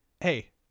Hey